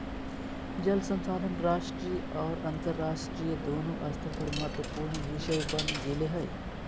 जल संसाधन राष्ट्रीय और अन्तरराष्ट्रीय दोनों स्तर पर महत्वपूर्ण विषय बन गेले हइ